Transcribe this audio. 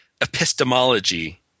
epistemology